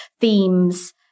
themes